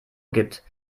gibt